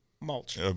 mulch